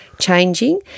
changing